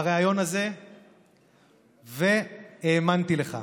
בריאיון הזה והאמנתי לך.